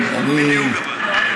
בדיוק, אבל.